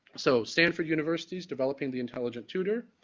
so stanford university is developing the intelligent tutor,